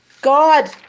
God